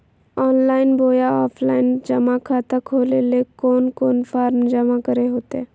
Online बोया offline जमा खाता खोले ले कोन कोन फॉर्म जमा करे होते?